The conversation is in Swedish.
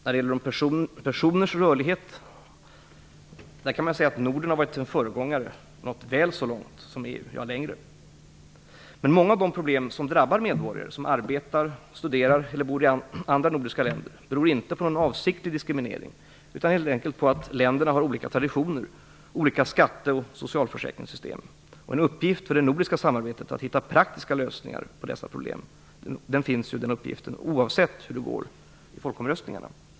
När det gäller personers rörlighet har Norden varit föregångare och nått väl så långt som EU. Men många av de problem som drabbar medborgare som arbetar, studerar eller bor i andra nordiska länder beror inte på någon avsiktlig diskriminering, utan helt enkelt på att länderna har olika traditioner, olika skatte och socialförsäkringssystem m.m. En uppgift för det nordiska samarbetet är att hitta praktiska lösningar på dessa problem. Den uppgiften finns oavsett hur det går i folkomröstningarna.